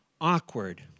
awkward